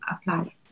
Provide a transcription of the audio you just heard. apply